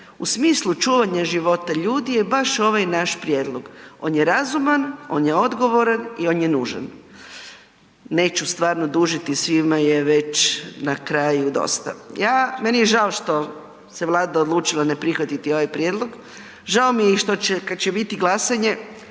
U smislu čuvanja života ljudi je baš ovaj naš prijedlog. On je razuman, on je odgovoran i on je nužan. Neću stvarno dužiti, svima je već na kraju dosta, ja, meni je žao što se Vlada odlučila ne prihvatiti ovaj prijedlog, žao mi je i što će kad će biti glasanje